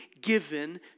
given